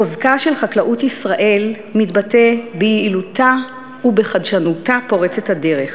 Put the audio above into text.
חוזקה של חקלאות ישראל מתבטא ביעילותה ובחדשנותה פורצת הדרך.